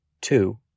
Two